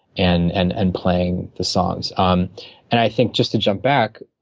and and and playing the songs. um and i think just to jump back,